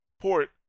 port